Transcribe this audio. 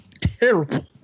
terrible